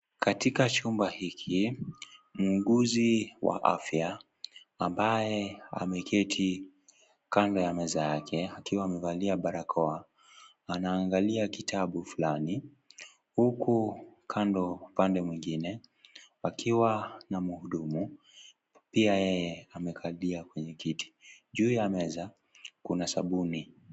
Katika chumba hiki, muuguzi wa afya ambaye ameketi kando ya meza yake akiwa amevalia barakoa anaangalia kitabu fulani. Huku kanda upande mwingine, wakiwa na muudumu pia yeye amekalia kwenye kiti. Juu ya meza kuna sabuni.